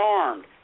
armed